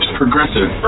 progressive